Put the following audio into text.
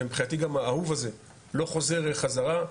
ומבחינתי גם האהוב הזה לא חוזר חזרה.